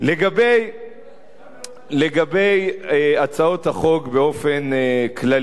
לגבי הצעות החוק באופן כללי,